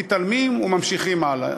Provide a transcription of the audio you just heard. מתעלמים וממשיכים הלאה.